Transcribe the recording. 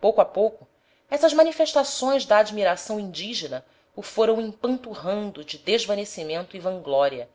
pouco a pouco essas manifestações da admiração indígena o foram empanturrando de desvanecimento e vanglória